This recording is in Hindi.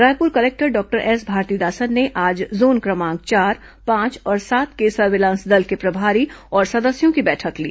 Raipur collector doctor S Bharathidasan ने आज जोन क्रमांक चार पांच और सात के सर्विलांस दल के प्रभारी और सदस्यों की बैठक ली